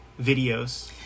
videos